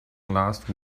last